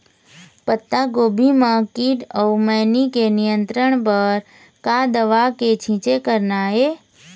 पत्तागोभी म कीट अऊ मैनी के नियंत्रण बर का दवा के छींचे करना ये?